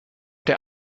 der